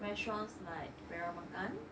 restaurants like PeraMakan